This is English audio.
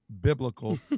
biblical